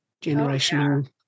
generation